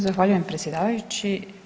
Zahvaljujem predsjedavajući.